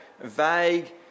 vague